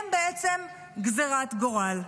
הוא בעצם גזרת גורל.